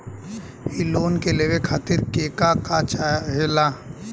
इ लोन के लेवे खातीर के का का चाहा ला?